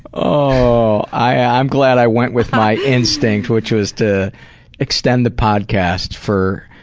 ah i'm glad i went with my instinct, which was to extend the podcast for